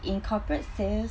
in corporate sales